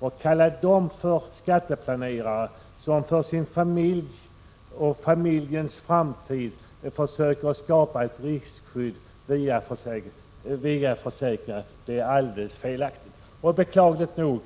Att kalla dem för skatteplanerare som för sin familjs framtid försöker skapa ett riskskydd via försäkringar är alldeles felaktigt. Beklagligt nog